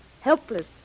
Helpless